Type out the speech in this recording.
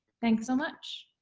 thanks so much.